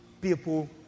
people